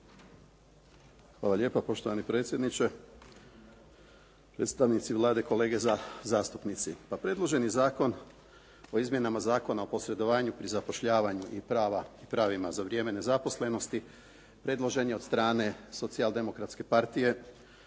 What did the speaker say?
Hvala lijepa, poštovani predsjedniče. Predstavnici Vlade, kolege zastupnici. Pa predloženi Zakon o izmjenama Zakona o posredovanju pri zapošljavanju i pravima za vrijeme nezaposlenosti predložen je od strane Socijal-demokratske partije